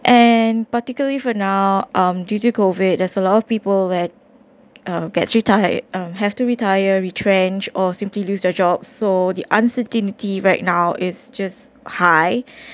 and particularly for now um due to COVID there's a lot of people that uh gets retired um have to retire retrench or simply lose their job so the uncertainty right now it's just high